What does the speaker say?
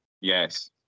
Yes